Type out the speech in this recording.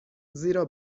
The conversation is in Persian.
زیرا